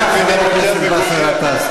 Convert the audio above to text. היידה מירי רגב.